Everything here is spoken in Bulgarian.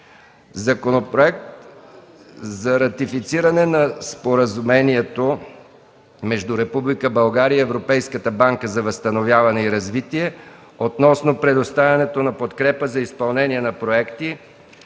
Законопроект за ратифициране на Споразумението между Република България и Европейската банка за възстановяване и развитие относно предоставянето на подкрепа за изпълнение на проекти,